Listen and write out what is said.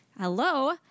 Hello